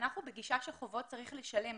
אנחנו בגישה שחובות צריך לשלם,